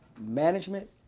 management